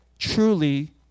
Truly